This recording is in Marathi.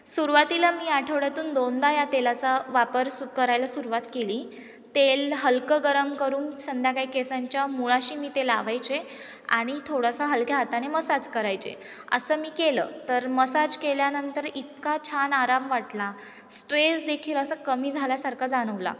सुरुवातीला मी आठवड्यातून दोनदा या तेलाचा वापर सु करायला सुरुवात केली तेल हलकं गरम करून संध्याकाळी केसांच्या मुळाशी मी ते लावायचे आणि थोडासा हलक्या हाताने मसाज करायचे असं मी केलं तर मसाज केल्यानंतर इतका छान आराम वाटला स्ट्रेस देखील असं कमी झाल्यासारखा जाणवला